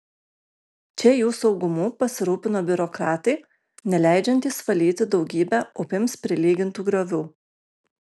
čia jų saugumu pasirūpino biurokratai neleidžiantys valyti daugybę upėms prilygintų griovių